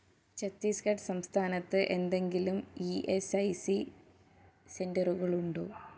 ഛത്തീസ്ഗഡ് സംസ്ഥാനത്ത് എന്തെങ്കിലും E S I C സെന്ററുകളുണ്ടോ